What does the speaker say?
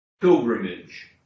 pilgrimage